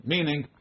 Meaning